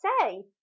say